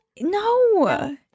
no